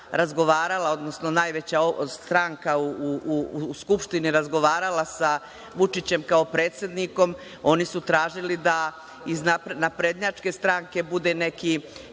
odnosno najveća stranka u Skupštini razgovarala sa Vučićem kao predsednikom, oni su tražili da iz naprednjačke stranke bude neki